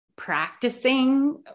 practicing